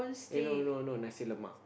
eh no no no nasi-Lemak